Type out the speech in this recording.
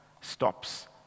stops